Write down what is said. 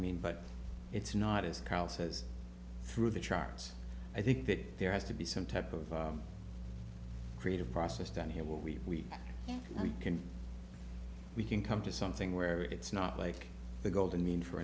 mean but it's not as carl says through the charts i think that there has to be some type of creative process down here where we can we can come to something where it's not like the golden mean for